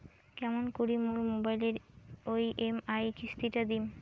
কেমন করি মোর মোবাইলের ই.এম.আই কিস্তি টা দিম?